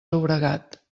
llobregat